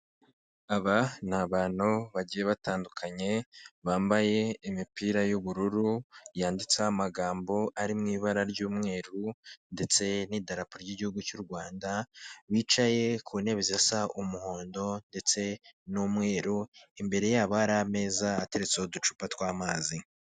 Aba ni abantu bagiye batandukanye, bambaye imipira y'ubururu yanditseho amagambo ari mu ibara ry'umweru, ndetse n'idapo ry'igihugu cy'u Rwanda, bicaye ku ntebe zisa umuhondo ndetse n'umweru ,imbere yabo hari ameza ateretseho uducupa tw'amazi.